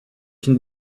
une